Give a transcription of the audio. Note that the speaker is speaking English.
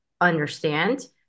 understand